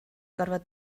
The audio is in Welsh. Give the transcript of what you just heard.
gorfod